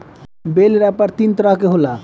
बेल रैपर तीन तरह के होला